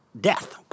Death